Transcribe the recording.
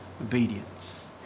obedience